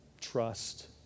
trust